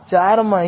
01 અથવા 0